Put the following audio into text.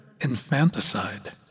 infanticide